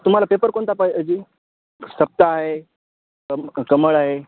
तुम्हाला पेपर कोणता पाहिजे सप्ताह आहे कमळ कमळ आहे